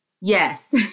Yes